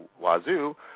wazoo